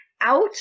out